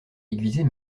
aiguiser